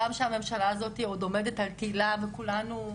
גם כשהממשלה הזו עוד עומדת על תילה וכולנו,